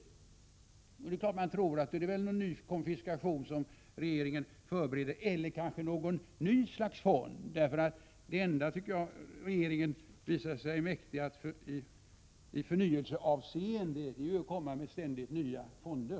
Man tror naturligtvis att regeringen förbereder någon ny konfiskation eller kanske någon ny sorts fond. Det enda regeringen har visat sig mäktig i förnyelseavseende är, tycker jag, att komma med ständigt nya fonder.